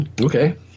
Okay